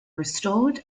restored